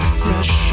fresh